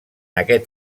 aquest